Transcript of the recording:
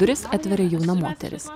duris atveria jauna moteris